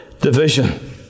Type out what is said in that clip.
division